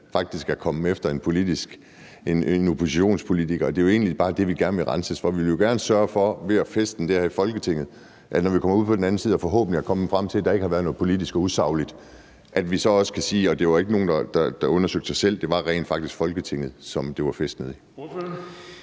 man faktisk er kommet efter en oppositionspolitiker. Det er jo egentlig bare det, vi gerne vil renses for. Ved at fæstne det her i Folketinget ville vi jo gerne sørge for, at vi, når vi kommer ud på den anden side og forhåbentlig er kommet frem til, at der ikke har været noget politisk og usagligt, så også kan sige, at der ikke var nogen, der undersøgte sig selv, men at det rent faktisk var Folketinget, som det var fæstet i.